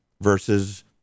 versus